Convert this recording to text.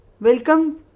welcome